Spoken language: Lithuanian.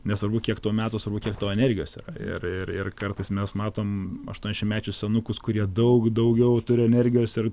nesvarbu kiek tau metų svarbu kiek tau energijos yra ir ir ir kartais mes matom aštuonšim mečius senukus kurie daug daugiau turi energijos ir